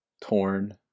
torn